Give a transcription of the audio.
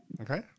Okay